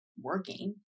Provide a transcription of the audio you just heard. working